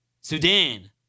Sudan